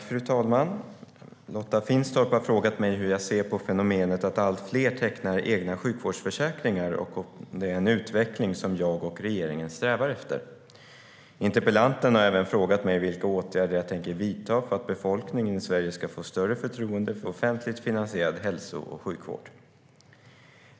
Fru talman! Lotta Finstorp har frågat mig hur jag ser på fenomenet att allt fler tecknar egna sjukvårdsförsäkringar och om det är en utveckling som jag och regeringen strävar efter. Interpellanten har även frågat mig vilka åtgärder jag tänker vidta för att befolkningen i Sverige ska få större förtroende för offentligt finansierad hälso och sjukvård.